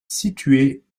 située